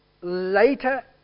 Later